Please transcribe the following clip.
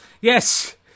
Yes